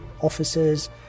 officers